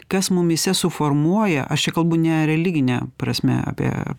kas mumyse suformuoja aš čia kalbu ne religine prasme apie